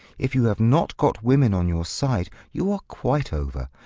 if you have not got women on your side you are quite over.